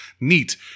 Neat